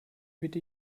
bitte